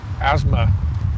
asthma